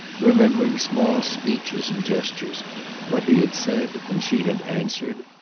remembering small speeches and gestures what he had said and she had answered.